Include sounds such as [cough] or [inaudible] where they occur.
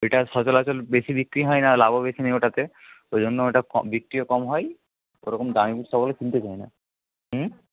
ওইটা সচরাচর বেশি বিক্রি হয় না লাভও বেশি নেই ওটাতে ওইজন্য ওটা [unintelligible] বিক্রিও কম হয় ওরকম [unintelligible] সকলে কিনতে চায় না হুম